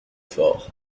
fort